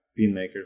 filmmaker